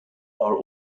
are